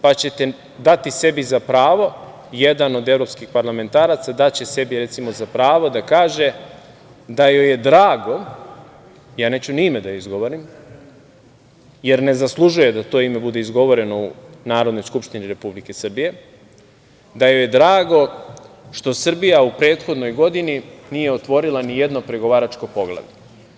Pa, ćete dati sebi za pravo, jedan od evropskih parlamentaraca recimo, daće sebi za pravo da kaže, da joj je drago, neću ni ime da joj izgovorim, jer ne zaslužuje ni ime da joj bude izgovoreno u Narodnoj skupštini Republike Srbije, da joj je drago što Srbija u prethodnoj godini nije otvorila nijedno pregovaračko poglavlje.